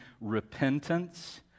repentance